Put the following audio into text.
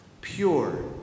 pure